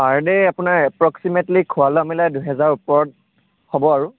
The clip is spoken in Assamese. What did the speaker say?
পাৰ ডে আপোনাৰ এপ্ৰক্সিমেটলি খোৱা লোৱা মিলাই দুহেজাৰৰ ওপৰত হ'ব আৰু